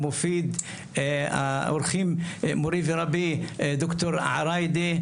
מופיד, אורחים, מורי ורבי ד"ר עראידה,